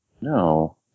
No